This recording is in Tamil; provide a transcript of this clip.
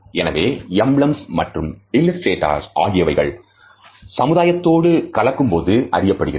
எனவே எம்பளம் மற்றும் இல்லஸ்டேட்டஸ் ஆகியவைகள் சமுதாயத்தோடு கலக்கும் போது அறியப்படுகிறது